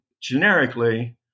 generically